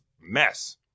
mess